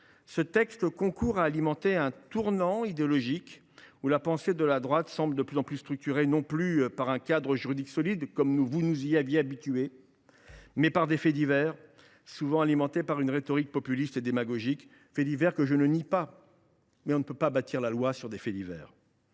ce texte concourt à alimenter un tournant idéologique, où la pensée de la droite semble désormais structurée non plus par un cadre juridique solide, comme vous nous y aviez habitués, chers collègues, mais par des faits divers, souvent alimentés par une rhétorique populiste et démagogique. Ces faits divers, je ne les nie pas, mais on ne peut pas bâtir la loi sur des faits divers